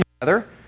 together